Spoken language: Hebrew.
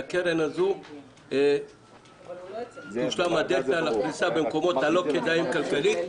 מהקרן הזו תושלם הדלתא לפריסה במקומות הלא כדאיים כלכלית.